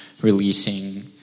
releasing